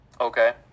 Okay